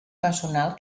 personal